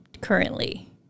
currently